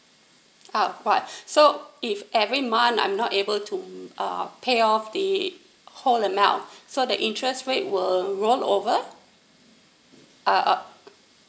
ah what so if every month I'm not able to uh pay off the whole amount so the interest rate will rollover uh uh